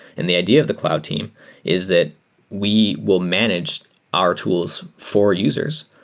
and the idea of the cloud team is that we will manage our tools for users.